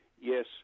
yes